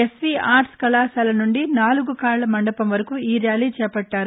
SV art కళాశాల నందు నాలుగుకాళ్ల మండపం వరకు ఈ ర్యాలీ చేపట్టారు